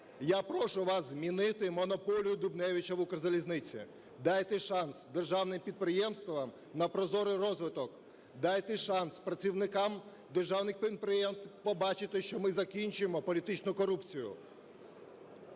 я прошу вас змінити монополію Дубневича в "Укрзалізниці". Дайте шанс державним підприємствам на прозорий розвиток. Дайте шанс працівникам державних підприємств побачити, що ми закінчуємо політичну корупцію.